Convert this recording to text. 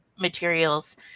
materials